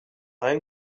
rien